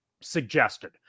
suggested